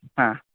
ह